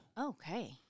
okay